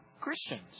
Christians